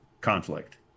conflict